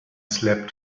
slept